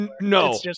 No